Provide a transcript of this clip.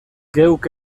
geuk